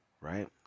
right